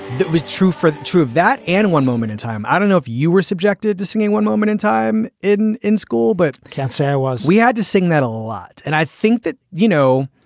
that was true for true that and one moment in time, i don't know if you were subjected to singing one moment in time in in school. but casaa was we had to sing that a lot. and i think that, you know,